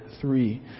three